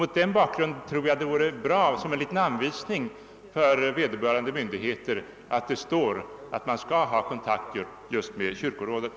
Mot den bakgrunden tror jag det vore bra att som en anvisning till vederbörande myndighet föreskriva, att man skall hålla kontakt med kyrkorådet.